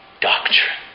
doctrine